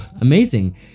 amazing